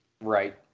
right